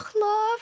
love